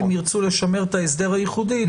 אם ירצו לשמר את ההסדר הייחודי,